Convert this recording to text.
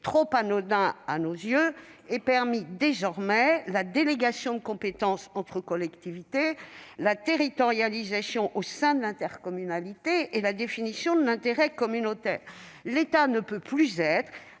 trop anodin à nos yeux, et permis désormais la délégation de compétences entre collectivités, la territorialisation au sein de l'intercommunalité et la définition de l'intérêt communautaire. L'État ne peut plus être